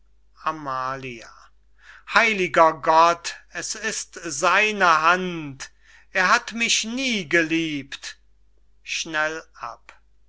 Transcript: amalia heiliger gott es ist seine hand er hat mich nie geliebt